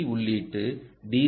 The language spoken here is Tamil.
சி உள்ளீட்டு டி